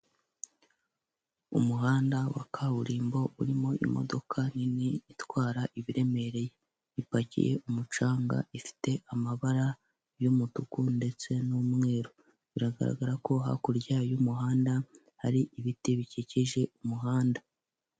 Umuhanda wa kaburimbo urimo imodoka nini itwara ibiremereye ipakiye umucanga ifite amabara yumutuku ndetse n'umweru biragaragara ko hakurya y'umuhanda hari ibiti bikikije umuhanda .